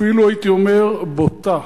אפילו, הייתי אומר בוטה,